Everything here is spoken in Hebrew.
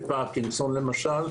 למשל פרקינסון,